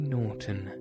Norton